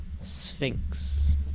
Sphinx